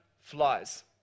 flies